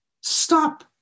stop